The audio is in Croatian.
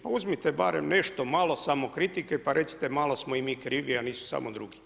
Pa uzmite barem nešto malo samokritike pa recite malo smo i mi krivi a nisu samo drugi.